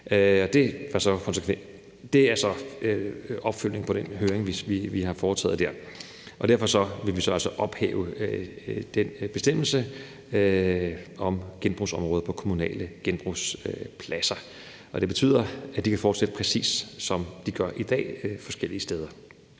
Det er så opfølgningen på den høring, vi har foretaget. Derfor vil vi altså ophæve den bestemmelse om genbrugsområdet på kommunale genbrugspladser. Det betyder, at de kan fortsætte, præcis som de gør i dag, de forskellige steder.